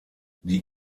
die